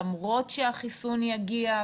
למרות שהחיסון יגיע.